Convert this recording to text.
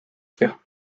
faire